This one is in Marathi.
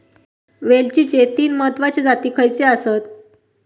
वेलचीचे तीन महत्वाचे जाती खयचे आसत?